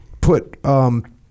put